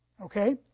Okay